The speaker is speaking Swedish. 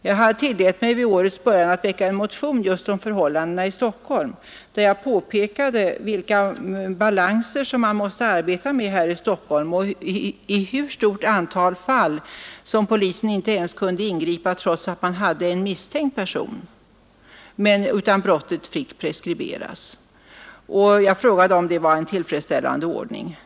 Jag tillät mig vid årets början att väcka en motion just om förhållandena i Stockholm, där jag pekade på vilka balanser man måste arbeta med här och i hur stort antal fall som polisen inte ens kunde ingripa trots att man hade en misstänkt, utan brottet fick preskriberas. Jag frågade om det var en tillfredsställande ordning.